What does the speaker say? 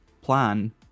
plan